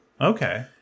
Okay